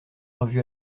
revu